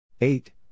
Eight